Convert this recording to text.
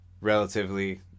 Relatively